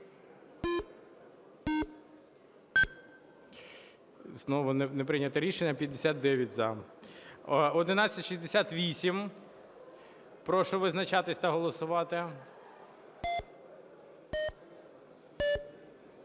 Знову не прийнято рішення. 59 - за. 1168, прошу визначатися та голосувати.